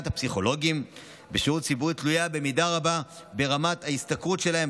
הפסיכולוגים בשירות הציבורי תלויה במידה רבה ברמת ההשתכרות שלהם.